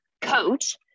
coach